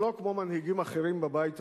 שלא כמו מנהיגים אחרים בבית הזה,